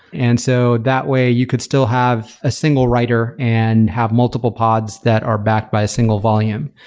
and so that way, you could still have a single writer and have multiple pods that are backed by a single volume.